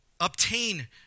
obtain